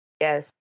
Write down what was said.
Yes